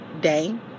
day